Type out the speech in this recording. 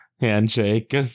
handshake